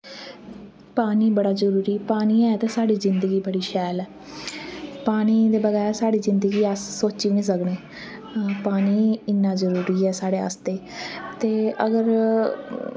पानी बड़ा जरूरी पानी ऐ ते साढ़ी जिन्दगी बड़ी शैल ऐ पानी दे बगैर साढ़ी जिन्दगी अस सोची वी निं सकने पानी इन्ना जरूरी ऐ साढ़े आस्ते ते अगर